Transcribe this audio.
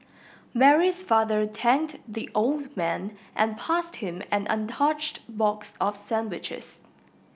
Mary's father thanked the old man and passed him an untouched box of sandwiches